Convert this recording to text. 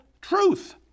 truth